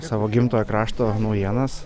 savo gimtojo krašto naujienas